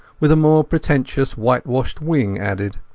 with a more pretentious whitewashed wing added.